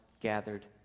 gathered